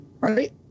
right